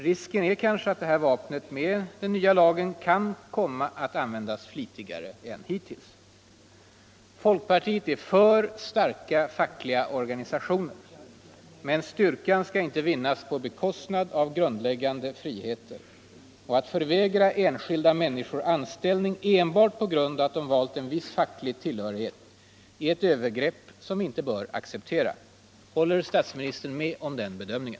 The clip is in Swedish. Risken är kanske att detta vapen med den nya lagen kan komma att användas flitigare än hittills. Folkpartiet är för starka fackliga organisationer. Men styrkan skall inte vinnas på bekostnad av grundläggande rättigheter. Att förvägra enskilda människor anställning enbart på grund av att de valt en viss facklig tillhörighet är ett övergrepp som vi inte bör acceptera. Håller statsministern med om den bedömningen?